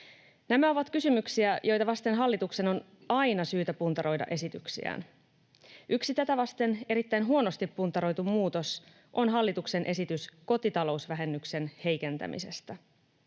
Nämä ovat kysymyksiä, joita vasten hallituksen on aina syytä puntaroida esityksiään. Yksi tätä vasten erittäin huonosti puntaroitu muutos on hallituksen esitys kotitalousvähennyksen heikentämisestä.